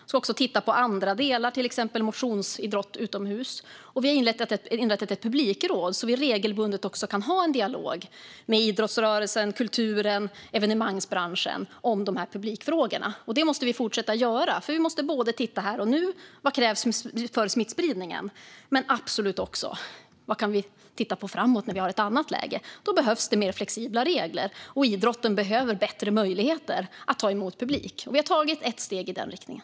Vi ska också titta på andra delar, till exempel motionsidrott utomhus. Och vi har inrättat ett publikråd så att vi regelbundet kan ha en dialog med idrottsrörelsen, kulturen och evenemangsbranschen om publikfrågorna. Detta måste vi fortsätta med. Vi måste titta på vad som krävs här och nu med tanke på smittspridningen och absolut också på vad vi kan göra framåt när vi har ett annat läge. Då behövs det mer flexibla regler, och idrotten behöver bättre möjligheter att ta emot publik. Vi har tagit ett steg i den riktningen.